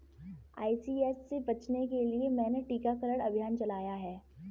ICH से बचने के लिए मैंने टीकाकरण अभियान चलाया है